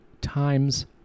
times